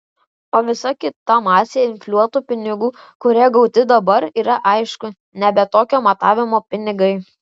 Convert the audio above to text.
o visa kita masė infliuotų pinigų kurie gauti dabar yra aišku nebe tokio matavimo pinigai